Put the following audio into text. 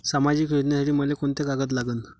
सामाजिक योजनेसाठी मले कोंते कागद लागन?